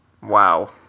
Wow